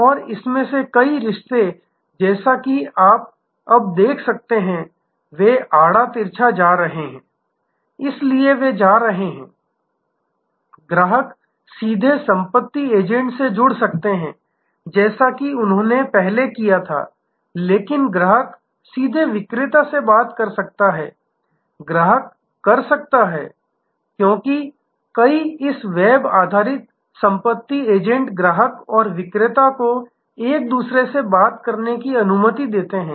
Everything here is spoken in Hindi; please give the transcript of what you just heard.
और इनमें से कई रिश्ते जैसा कि आप अब देख सकते हैं वे आड़ा तिरछा जा रहे हैं इसलिए वे जा रहे हैं ग्राहक सीधे संपत्ति एजेंट से जुड़ सकते हैं जैसा कि उन्होंने पहले किया था लेकिन ग्राहक सीधे विक्रेता से बात कर सकता है ग्राहक कर सकता है क्योंकि कई इस वेब आधारित संपत्ति एजेंट ग्राहक और विक्रेता को एक दूसरे से बात करने की अनुमति देते हैं